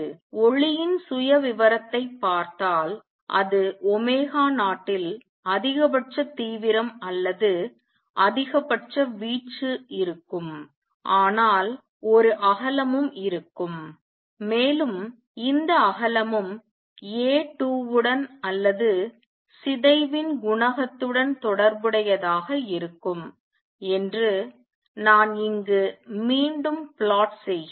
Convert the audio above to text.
ஒளியின் சுயவிவரத்தைப் பார்த்தால் அது ஒமேகா 0 இல் அதிகபட்ச தீவிரம் அல்லது அதிகபட்ச வீச்சு இருக்கும் ஆனால் ஒரு அகலமும் இருக்கும் மேலும் இந்த அகலமும் A21 உடன் அல்லது சிதைவின் குணகத்துடன் தொடர்புடையதாக இருக்கும் என்று நான் இங்கு மீண்டும் சதி செய்கிறேன்